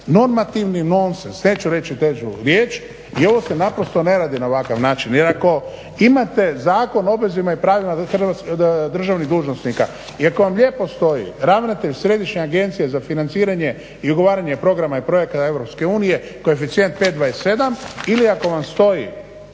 normativni nonsens, neću reći težu riječ i ovo se naprosto ne radi na ovakav način. Jer ako imate Zakon o obvezama i pravima državnih dužnosnika i ako vam lijepo stoji ravnatelj Središnje agencije za financiranje i ugovaranje programa i projekata Europske unije, koeficijent 5.27 ili ako vam stoji